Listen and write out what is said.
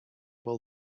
will